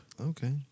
Okay